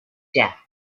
death